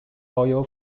oil